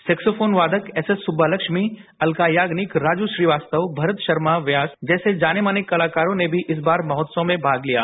saxophone वादक S S Subbalakshmi Alka Yagnik Raju Srivastava Bharat Sharma Vyas जैसे जाने माने कलाकारों ने भी इस बार महोत्सव में भाग लिया